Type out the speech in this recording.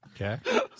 Okay